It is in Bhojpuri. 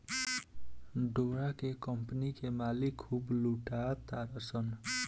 डोरा के कम्पनी के मालिक खूब लूटा तारसन